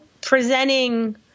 presenting